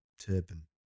turban